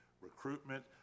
recruitment